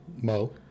Mo